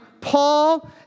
Paul